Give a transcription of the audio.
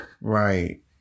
right